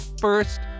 first